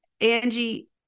Angie